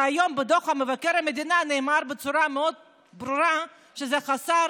שהיום בדוח מבקר המדינה נאמר בצורה מאוד ברורה שזה חסר